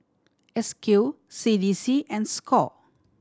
S Q C D C and score